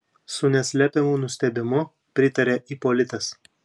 su neslepiamu nustebimu pritarė ipolitas